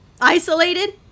Isolated